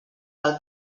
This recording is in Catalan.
pel